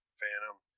Phantom